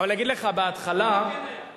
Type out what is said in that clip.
אבל אני אגיד לך: בהתחלה, הוא כן היה, הוא כן היה.